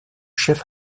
chef